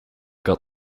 got